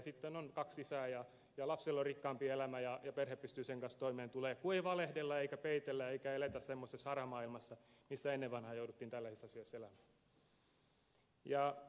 sitten on kaksi isää ja lapsella on rikkaampi elämä ja perhe pystyy sen kanssa toimeen tulemaan kun ei valehdella eikä peitellä eikä eletä semmoisessa harhamaailmassa missä ennen vanhaan jouduttiin tällaisissa asioissa elämään